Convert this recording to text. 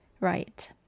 right